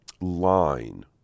line